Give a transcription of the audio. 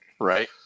Right